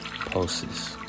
pulses